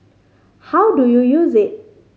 how do you use it